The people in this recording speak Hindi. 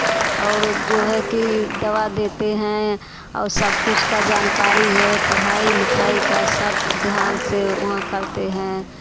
और जो है कि दवा देते हैं और सब कुछ का जानकारी है पढ़ाई लिखाई का सब ध्यान से वहाँ करते हैं